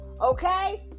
okay